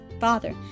father